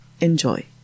Enjoy